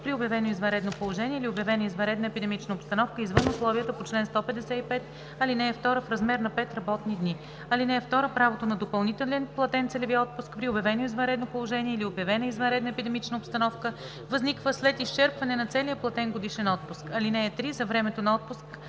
при обявено извънредно положение или обявена извънредна епидемична обстановка, извън условията по чл. 155, ал. 2, в размер на 5 работни дни. (2) Правото на допълнителен платен целеви отпуск при обявено извънредно положение или обявена извънредна епидемична обстановка възниква след изчерпване на целия платен годишен отпуск. (3) За времето на отпуск